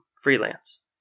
freelance